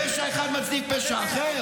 פשע אחד מצדיק פשע אחר?